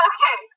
Okay